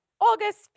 august